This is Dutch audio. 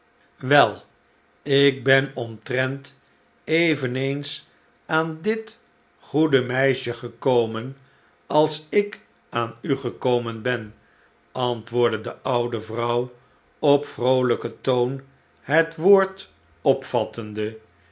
wel ik ben omtrent eveneens aan dit goede meisje gekomen als ik aan u gekomen ben antwoordde de oude vrouw op vroolijken toon het woord opvattende